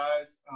guys